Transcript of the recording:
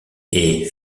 est